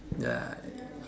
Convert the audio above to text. ya